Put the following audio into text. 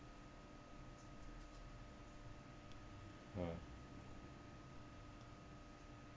!wah!